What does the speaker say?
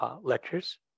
lectures